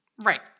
Right